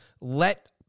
let